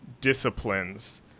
disciplines